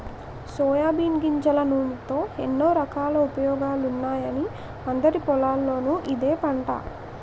soybean గింజల నూనెతో ఎన్నో రకాల ఉపయోగాలున్నాయని అందరి పొలాల్లోనూ ఇదే పంట